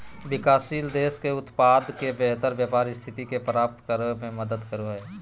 विकासशील देश में उत्पाद के बेहतर व्यापार स्थिति के प्राप्त करो में मदद करो हइ